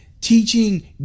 Teaching